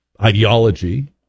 ideology